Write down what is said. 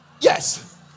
Yes